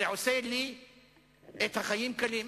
זה עושה לי את החיים קלים.